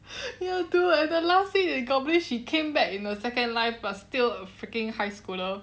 ya dude at the last scene in goblin she came back in the second life but still a freaking high schooler